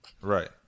Right